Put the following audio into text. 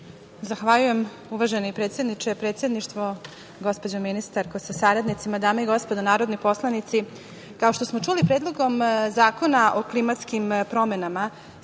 Zahvaljujem. Uvaženi predsedniče, predsedništvo, gospođo ministarko sa saradnicima, dame i gospodo narodni poslanici, kao što smo čuli, Predlogom zakona o klimatskim promenama